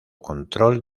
control